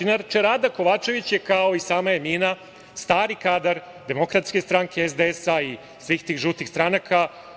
Inače, Rada Kovačević je kao i sama Emina, stari kadar Demokratske stranke, SDS-a i svih tih žutih stranaka.